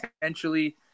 potentially